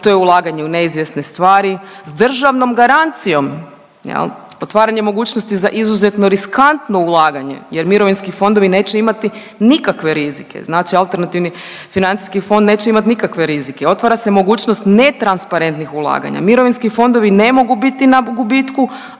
To je ulaganje u neizvjesne stvari s državnom garancijom jel. Otvaranje mogućnosti za izuzetno riskantno ulaganje jer mirovinski fondovi neće imati nikakve rizike. Znači alternativni financijski fond neće imati nikakve rizike i otvara se mogućnost netransparentnih ulaganja. Mirovinski fondovi ne mogu biti na gubitku,